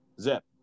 Zip